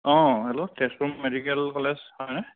অঁ hello Tezpur medical college হয়নে